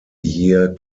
year